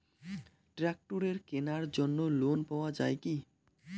ট্রাক্টরের কেনার জন্য লোন পাওয়া যায় কি?